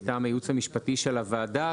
מטעם הייעוץ המשפטי של הוועדה,